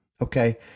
Okay